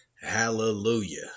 Hallelujah